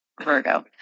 Virgo